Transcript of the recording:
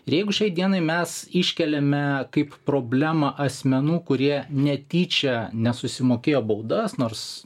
jeigu šiai dienai mes iškeliame kaip problemą asmenų kurie netyčia nesusimokėjo baudas nors